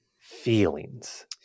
feelings